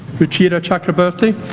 ruchira chakraborty